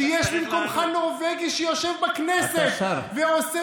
כשיש במקומך נורבגי שיושב בכנסת ועושה